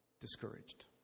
discouraged